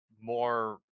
more